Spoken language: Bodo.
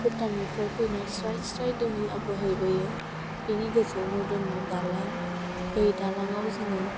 भुटाननिफ्राय फैनाय स्राय स्राय दैआ बोहैबोयो बिनि गोजौआवनो दोङो दालां बे दालाङाव जोङो